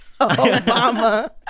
Obama